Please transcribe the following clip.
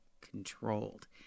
controlled